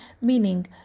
Meaning